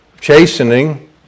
chastening